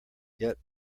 yet